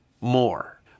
more